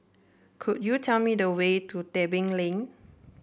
could you tell me the way to Tebing Lane